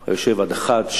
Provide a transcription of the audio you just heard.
היה יושב עד אחת,